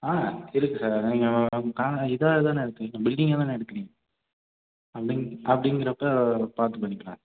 ஆ இருக்குது சார் நீங்கள் கான இதாக தானே இருக்கறீங்கள் பில்டிங்யில் தானே இருக்கறீங்கள் அப்படிங் அப்படிங்கிறப்ப பார்த்துப் பண்ணிக்கலாம்